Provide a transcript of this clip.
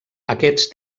aquests